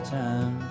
time